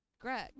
Greg